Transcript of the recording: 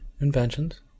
inventions